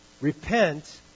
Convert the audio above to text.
repent